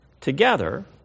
together